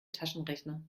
taschenrechner